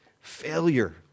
failure